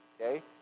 Okay